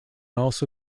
also